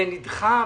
זה נדחה.